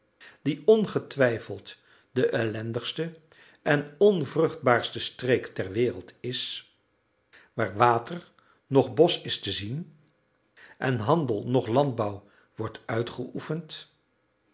die ongetwijfeld de ellendigste en onvruchtbaarste streek ter wereld is waar water noch bosch is te zien en handel noch landbouw wordt uitgeoefend